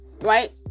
right